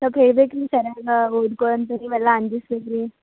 ಸ್ವಲ್ಪ ಹೇಳ್ಬೇಕು ನೀವು ಚೆನ್ನಾಗಿ ಓದಿಕೋ ಅಂತ ನೀವೆಲ್ಲ ಅಂಜಿಸ್ಬೇಕು ರೀ